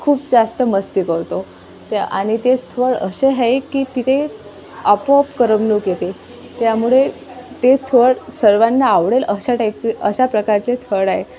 खूप जास्त मस्ती करतो त्या आणि ते स्थड असे आहे की तिथे आपोआप करमणूक येते त्यामुळे ते थळ सर्वांना आवडेल अशा टाईपचे अशा प्रकारचे थळ आहे